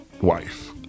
wife